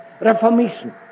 reformation